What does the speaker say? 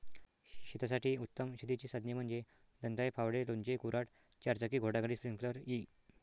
शेतासाठी उत्तम शेतीची साधने म्हणजे दंताळे, फावडे, लोणचे, कुऱ्हाड, चारचाकी घोडागाडी, स्प्रिंकलर इ